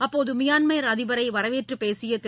அப்போது மியான்மர் அதிபரை வரவேற்றுப்பேசிய திரு